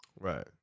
Right